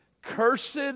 Cursed